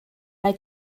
bei